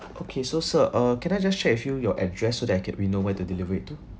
okay so sir uh can I just check with you your address so that I can we know where deliver it to